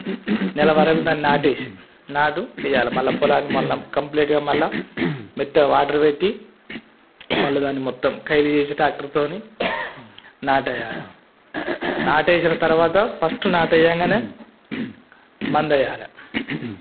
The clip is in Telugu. నెల వరకు దాన్ని నాటేసి నాటు వేయాలా మళ్ళా పొలం మళ్ళా కంప్లీట్గా మళ్ళా మెత్తగా వాటర్ పెట్టి మళ్ళా దాన్ని మొత్తం టాక్టర్తోని నాటేయాలి నాటేసిన తరవాత ఫస్ట్ నాటేయంగానే మందేయాలి